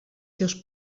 seus